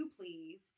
please